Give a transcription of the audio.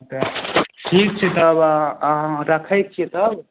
ठीक छै तब अहाँ अहाँ रखै छियै तब